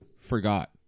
forgot